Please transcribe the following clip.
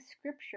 scripture